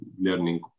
learning